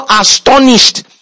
astonished